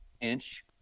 inch